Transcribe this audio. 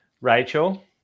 Rachel